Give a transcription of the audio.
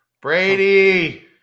Brady